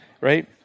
right